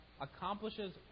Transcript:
accomplishes